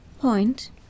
Point